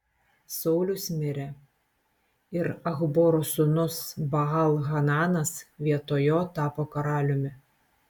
saulius mirė ir achboro sūnus baal hananas vietoj jo tapo karaliumi